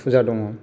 फुजा दङ